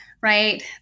right